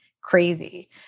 crazy